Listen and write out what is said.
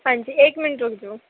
ਹਾਂਜੀ ਇਕ ਮਿੰਟ ਰੁਕ ਜਾਓ